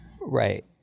Right